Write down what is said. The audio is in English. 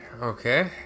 Okay